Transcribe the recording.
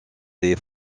des